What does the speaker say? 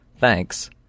Thanks